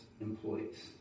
employees